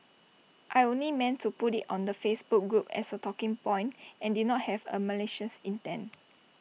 I'd only meant to put IT on the Facebook group as A talking point and did not have A malicious intent